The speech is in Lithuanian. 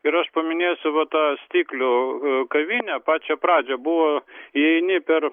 ir aš paminėsiu va tą stiklių kavinę pačią pradžią buvo įeini per